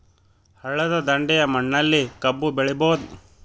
ಹಳ್ಳದ ದಂಡೆಯ ಮಣ್ಣಲ್ಲಿ ಕಬ್ಬು ಬೆಳಿಬೋದ?